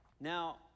Now